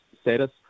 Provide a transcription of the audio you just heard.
status